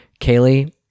Kaylee